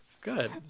good